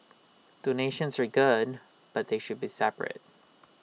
donations were good but they should be separate